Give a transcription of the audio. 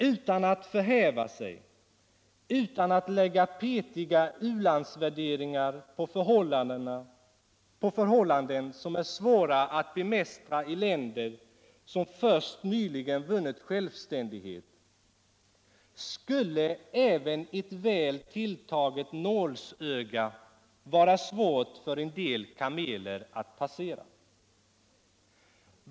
Utan att förhäva sig och utan att lägga petiga i-landsvärderingar på förhållanden som är svåra alt bemästra i länder som först nyligen vunnit självständighet, skulle även ett väl ulltaget nålsöga vara svår för en del kameler all passera.